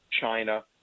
China